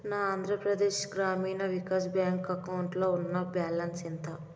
నా ఆంధ్రప్రదేశ్ గ్రామీణ వికాస్ బ్యాంక్ అకౌంటులో ఉన్న బ్యాలన్స్ ఎంత